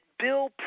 Bill